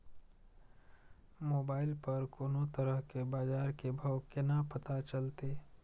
Mobile पर कोनो तरह के बाजार के भाव केना पता चलते?